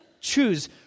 choose